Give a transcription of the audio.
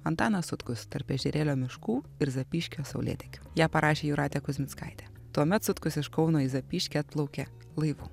antanas sutkus tarp ežerėlio miškų ir zapyškio saulėtekio ją parašė jūratė kuzmickaitė tuomet sutkus iš kauno į zapyškį atplaukė laivu